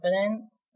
confidence